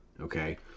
okay